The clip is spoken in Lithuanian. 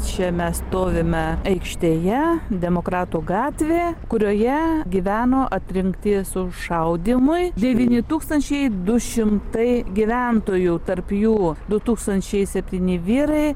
čia mes stovime aikštėje demokratų gatvė kurioje gyveno atrinkti sušaudymui devyni tūkstančiai du šimtai gyventojų tarp jų du tūkstančiai septyni vyrai